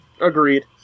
Agreed